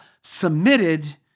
submitted